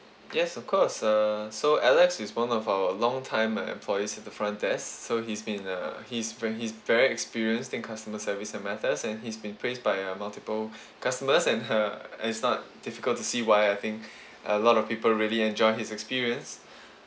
yes of course err so alex is one of our long time uh employees at the front desk so he's been uh he's very he's very experienced in customer service uh matters and he's been praised by uh multiple customers and it's not difficult to see why I think a lot of people really enjoy his experience